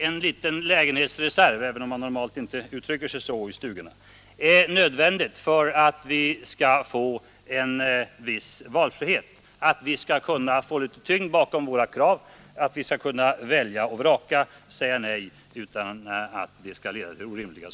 En liten lägenhetsreserv är nödvändig för att vi skall få en viss valfrihet, för att vi har fått litet tyngd bakom våra krav, för att vi skall kunna välja och vraka och kunna säga nej ibland.